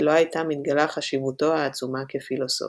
לא הייתה מתגלה חשיבותו העצומה כפילוסוף.